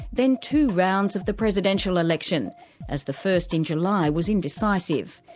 then two rounds of the presidential election as the first in july was indecisive.